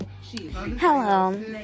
Hello